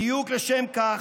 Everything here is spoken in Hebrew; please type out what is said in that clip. בדיוק לשם כך,